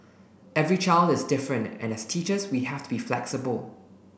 every child is different and as teachers we have to be flexible